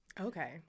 Okay